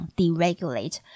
deregulate